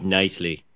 nicely